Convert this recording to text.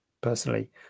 personally